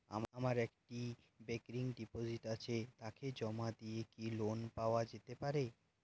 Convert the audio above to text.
আমার একটি recurring deposit আছে তাকে জমা দিয়ে কি লোন পাওয়া যেতে পারে?